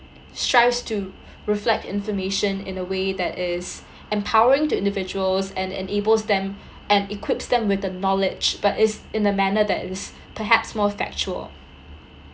strives to reflect information in a way that is empowering to individuals and enables them and equips them with the knowledge but is in a manner that is perhaps more factual